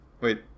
Wait